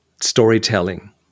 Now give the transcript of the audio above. storytelling